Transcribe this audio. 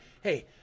hey